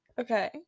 Okay